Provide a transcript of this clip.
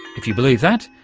if you believe that,